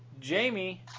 Jamie